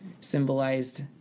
symbolized